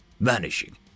vanishing